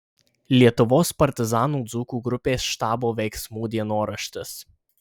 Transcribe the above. lietuvos partizanų dzūkų grupės štabo veiksmų dienoraštis